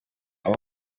aho